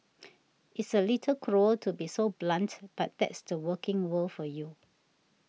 it's a little cruel to be so blunt but that's the working world for you